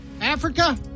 Africa